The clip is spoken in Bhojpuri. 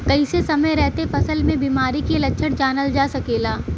कइसे समय रहते फसल में बिमारी के लक्षण जानल जा सकेला?